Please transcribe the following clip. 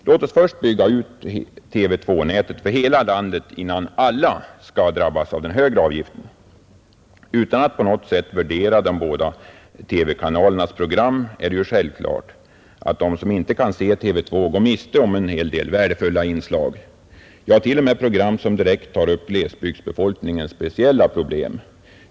Låt oss först bygga ut TV 2-nätet för hela landet innan alla skall drabbas av den högre avgiften. Utan att på något sätt värdera de båda TV-kanalernas program är det ju självklart att de som ej kan se TV 2 går miste om många värdefulla inslag, ja t.o.m. program som direkt tar upp glesbygdsbefolkningens särskilda problem.